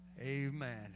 Amen